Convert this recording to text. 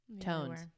Tones